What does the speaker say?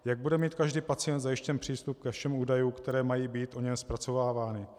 Jak bude mít každý pacient zajištěn přístup ke všem údajům, které mají být o něm zpracovávány?